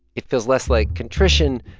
it feels less like contrition,